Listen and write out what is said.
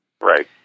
Right